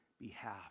behalf